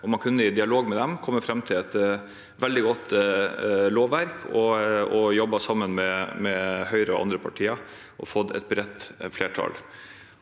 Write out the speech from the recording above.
Man kunne i dialog med dem kommet fram til et veldig godt lovverk, og man kunne jobbet sammen med Høyre og andre partier og fått et bredt flertall.